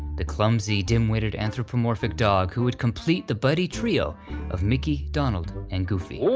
the clumsy, dim-witted anthropomorphic dog who would complete the buddy trio of mickey, donald, and goofy.